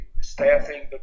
staffing